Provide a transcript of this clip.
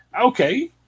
Okay